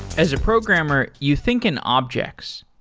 as a programmer, you think in objects.